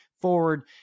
forward